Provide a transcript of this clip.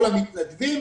כל המתנדבים,